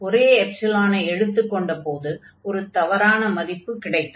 ஒரே எப்ஸிலானை எடுத்துக்கொண்ட போது ஒரு தவறான மதிப்பு கிடைத்தது